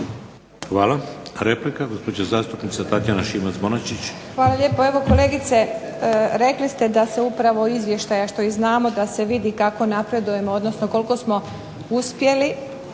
Hvala. Replika, gospođa zastupnica Tatjana Šimac-Bonačić. **Šimac Bonačić, Tatjana (SDP)** Hvala lijepo. Evo kolegice rekli ste da se upravo iz izvještaja, što i znamo, da se vidi kako napredujemo odnosno koliko smo uspjeli.